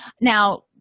Now